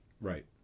Right